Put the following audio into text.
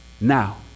now